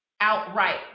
outright